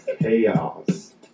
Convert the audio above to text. Chaos